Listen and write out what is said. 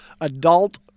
adult